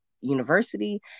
University